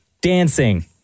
dancing